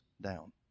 down